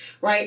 right